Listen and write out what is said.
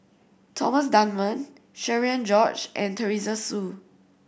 Thomas Dunman Cherian George and Teresa Hsu